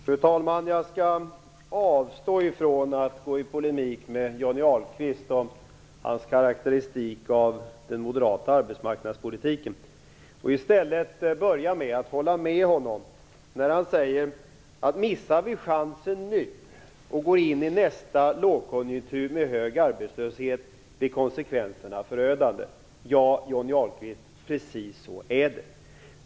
Fru talman! Jag skall avstå ifrån att gå i polemik med Johnny Ahlqvist om hans karakteristik av den moderata arbetsmarknadspolitiken och i stället börja med att hålla med honom när han säger att konsekvenserna blir förödande om vi missar chansen nu och går in i nästa lågkonjunktur med hög arbetslöshet. Ja, Johnny Ahlqvist, precis så är det.